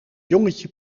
jongetje